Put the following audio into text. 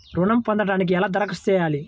ఋణం పొందటానికి ఎలా దరఖాస్తు చేయాలి?